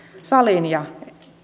saliin